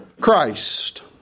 Christ